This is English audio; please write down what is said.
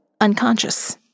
unconscious